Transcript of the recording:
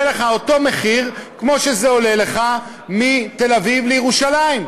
לך אותו מחיר כמו שזה עולה לך מתל-אביב לירושלים.